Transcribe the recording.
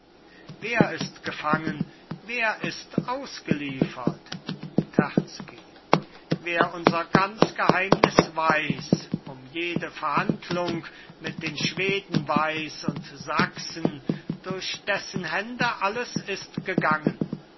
wer ist gefangen wer ist ausgeliefert terzky wer unser ganz geheimnis weiß um jede verhandlung mit den schweden weiß und sachsen durch dessen hände alles ist gegangen